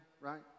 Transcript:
right